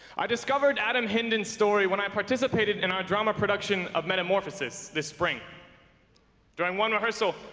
i discovered adam hindon story when i participated in our drama production of metamorphosis this spring during one rehearsal.